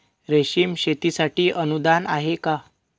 रेशीम शेतीसाठी अनुदान आहे का?